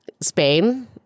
Spain